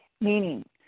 meaning